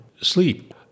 sleep